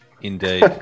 Indeed